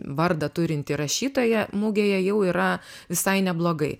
vardą turintį rašytoją mugėje jau yra visai neblogai